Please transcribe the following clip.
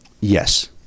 Yes